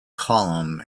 column